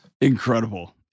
Incredible